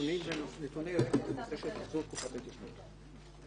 נתוני רקע בנושא קיצור תקופת ההתיישנות.